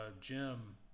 Jim